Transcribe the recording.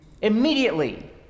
immediately